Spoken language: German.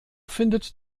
findet